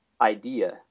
idea